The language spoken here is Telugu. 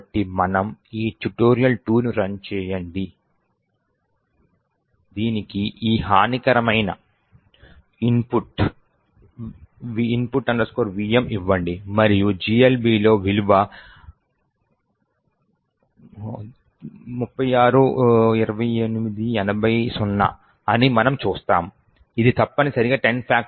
కాబట్టి మనము ఈ tut2ను రన్ చేయండి దీనికి ఈ హానికరమైన ఇన్పుట్ input vm ఇవ్వండి మరియు GLBలో విలువ 3628800 అని మనము చూస్తాము ఇది తప్పనిసరిగా 10